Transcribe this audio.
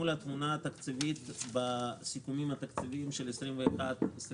מול התמונה התקציבית בסיכומים התקציביים של 2021 2022